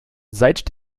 seit